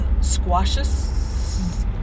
squashes